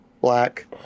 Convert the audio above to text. black